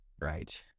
right